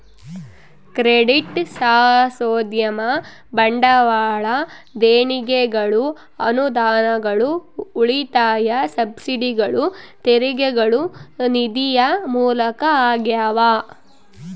credit ಸಾಹಸೋದ್ಯಮ ಬಂಡವಾಳ ದೇಣಿಗೆಗಳು ಅನುದಾನಗಳು ಉಳಿತಾಯ ಸಬ್ಸಿಡಿಗಳು ತೆರಿಗೆಗಳು ನಿಧಿಯ ಮೂಲ ಆಗ್ಯಾವ